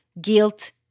guilt